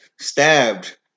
stabbed